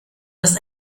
dass